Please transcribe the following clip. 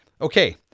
Okay